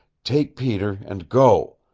take peter and go.